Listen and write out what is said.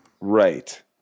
Right